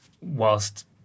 whilst